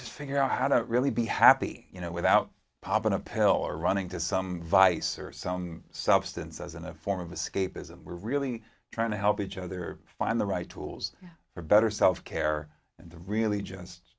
just figure out how to really be happy you know without pop an appellate running to some vice or some substance as a form of escapism we're really trying to help each other find the right tools for better self care and the really just